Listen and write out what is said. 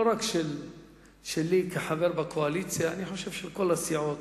לא רק שלי כחבר בקואליציה, אני חושב של כל הסיעות,